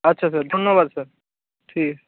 আচ্ছা স্যার ধন্যবাদ স্যার ঠিক আছে